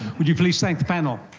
would you please thank the panel?